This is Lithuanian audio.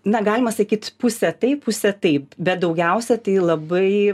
na galima sakyt pusę taip pusę taip bet daugiausia tai labai